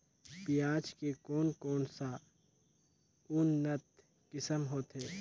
पियाज के कोन कोन सा उन्नत किसम होथे?